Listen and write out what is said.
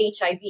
HIV